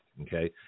Okay